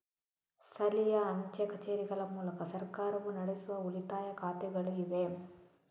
ಸ್ಥಳೀಯ ಅಂಚೆ ಕಚೇರಿಗಳ ಮೂಲಕ ಸರ್ಕಾರವು ನಡೆಸುವ ಉಳಿತಾಯ ಖಾತೆಗಳು ಇವೆ